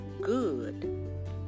good